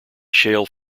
shale